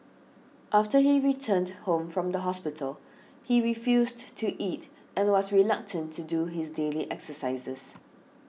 after he returned home from the hospital he refused to eat and was reluctant to do his daily exercises